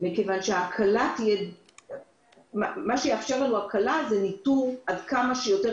כי מה שיאפשר לנו הקלה הוא ניטור כמה שיותר